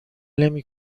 نمی